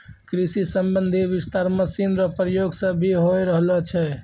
कृषि संबंधी विस्तार मशीन रो प्रयोग से भी होय रहलो छै